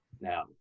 now